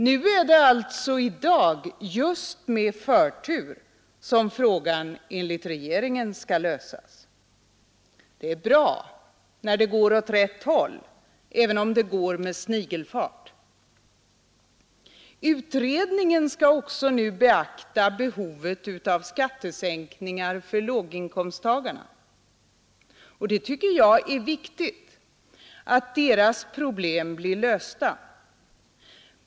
I dag är det just med förtur som frågan enligt regeringen skall lösas. Det är bra när det går åt rätt håll, även om det går med snigelfart. Utredningen skall också nu beakta behovet av skattesänkningar för låginkomsttagarna, och jag tycker att det är viktigt att deras problem blir lösta.